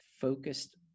focused